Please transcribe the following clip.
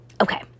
Okay